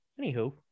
Anywho